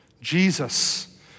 Jesus